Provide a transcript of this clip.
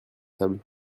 table